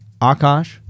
Akash